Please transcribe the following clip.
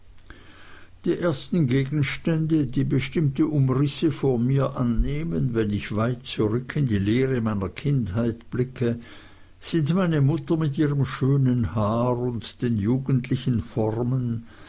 die ersten gegenstände die bestimmte umrisse von mir annehmen wenn ich weit zurück in die leere meiner kindheit blicke sind meine mutter mit ihrem schönen haar und den jugendlichen formen